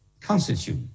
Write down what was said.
constitute